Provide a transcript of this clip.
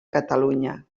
catalunya